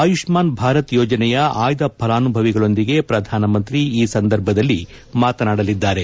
ಆಯುಷ್ಮಾನ್ ಭಾರತ್ ಯೋಜನೆಯ ಆಯ್ದ ಫಲಾನುಭವಿಗಳೊಂದಿಗೆ ಪ್ರಧಾನಮಂತ್ರಿ ಈ ಸಂದರ್ಭದಲ್ಲಿ ಮಾತನಾಡಲಿದ್ದಾರೆ